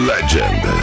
Legend